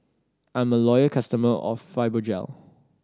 I'm a loyal customer of Fibogel